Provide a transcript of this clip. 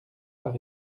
par